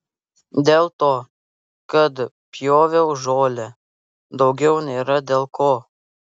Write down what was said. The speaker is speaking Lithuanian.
dėl to kad pjoviau žolę daugiau nėra dėl ko